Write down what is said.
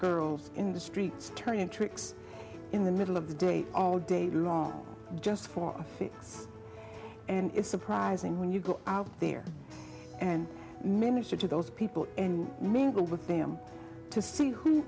girls in the streets turning tricks in the middle of the day all day long just for and it's surprising when you go out there and minister to those people with them to see who